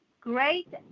great